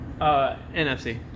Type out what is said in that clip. NFC